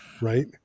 right